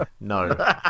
No